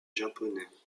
japonais